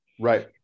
Right